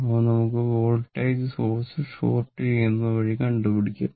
അത് നമുക്ക് voltage source short ചെയ്യുന്നതുവഴി കണ്ടുപിടിക്കാം